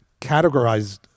categorized